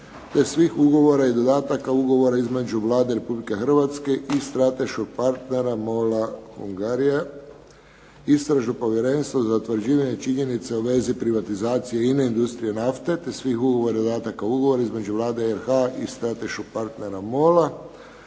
te svih ugovora i dodataka Ugovora između Vlade Republike Hrvatske i strateškog partnera MOL Hungarian oil. and gas. Plc. Istražno povjerenstvo za utvrđivanje činjenica u vezi privatizacije INA-e Industrije nafte, te svih ugovora i dodataka Ugovora između Vlade RH i strateškog partnera MOL-a,